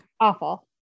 Awful